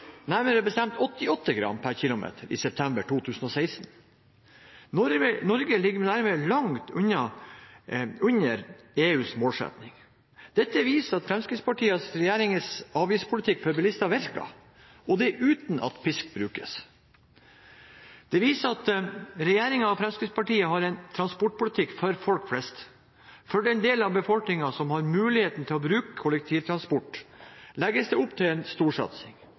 nærmere bestemt 88 g per km i september 2016. Norge er dermed langt under EUs målsetting. Det viser at Fremskrittspartiets og regjeringens avgiftspolitikk for bilister virker, og det uten at pisk brukes. Det viser at regjeringen og Fremskrittspartiet har en transportpolitikk for folk flest. For den delen av befolkningen som har mulighet til å bruke kollektivtransport, legges det opp til en